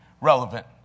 relevant